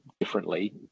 differently